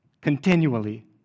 Continually